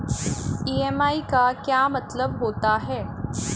EMI का क्या मतलब होता है?